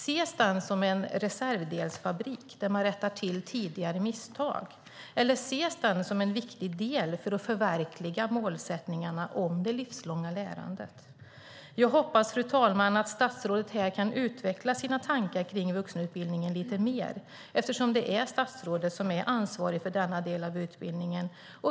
Ses den som en reservdelsfabrik där man rättar till tidigare misstag, eller ses den som en viktig del för att förverkliga målsättningarna om det livslånga lärandet? Jag hoppas, fru talman, att statsrådet här kan utveckla sina tankar kring vuxenutbildningen lite mer, eftersom det är statsrådet som är ansvarig för denna del av utbildningen.